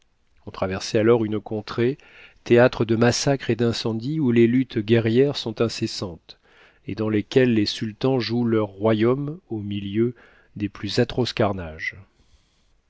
on traversait alors une contrée théâtre de massacres et d'incendies où les luttes guerrières sont incessantes et dans lesquelles les sultans jouent leur royaume au milieu des plus atroces carnages